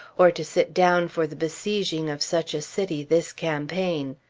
or to sit down for the besieging of such a city this campaign.